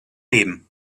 leben